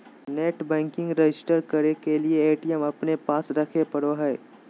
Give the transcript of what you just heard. net banking register करे के लिए ए.टी.एम अपने पास रखे पड़ो हइ